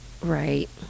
Right